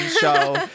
show